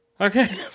okay